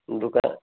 दुकानात